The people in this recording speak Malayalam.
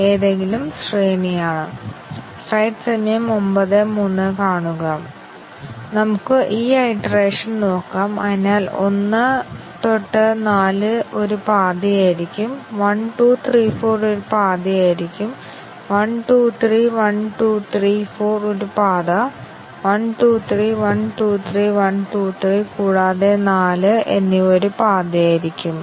ഇപ്പോൾ മൾട്ടിപ്പിൾ കണ്ടീഷൻ കവറേജ് അതിന്റെ സമഗ്രത കൈവരിക്കാൻ ഞങ്ങളെ എങ്ങനെ സഹായിക്കുമെന്ന് നോക്കാം ക്ഷമിക്കണം MC DC കവറേജ് നേടാൻ കഴിയും എക്സ്പോണൻഷ്യൽ ടെസ്റ്റ് കേസുകളുടെ ആവശ്യമില്ലാതെ ഒന്നിലധികം കണ്ടീഷൻ കവറേജിന്റെ സമഗ്രത കൈവരിക്കാൻ സഹായിക്കുന്നു